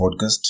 podcast